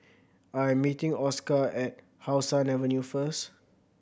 I am meeting Oscar at How Sun Avenue first